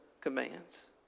commands